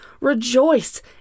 rejoice